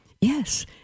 yes